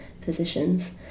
positions